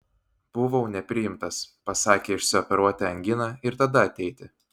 buvau nepriimtas pasakė išsioperuoti anginą ir tada ateiti